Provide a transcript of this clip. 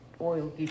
oil